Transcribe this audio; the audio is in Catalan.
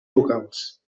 locals